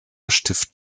stift